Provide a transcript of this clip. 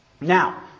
Now